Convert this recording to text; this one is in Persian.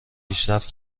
پیشرفت